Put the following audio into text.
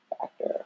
factor